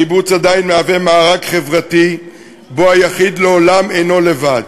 הקיבוץ עדיין מהווה מארג חברתי שבו היחיד לעולם אינו לבד,